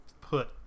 put